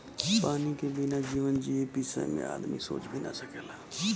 पानी के बिना जीवन जिए बिसय में आदमी सोच भी न सकेला